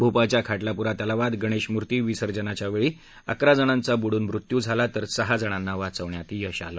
भोपाळच्या खाटलापूरा तलावात गणेशमूर्ती विसर्जनाच्या वेळी अकरा जणांचा बुडून मृत्यू झाला तर सहा जणांना वाचवण्यात यश आलं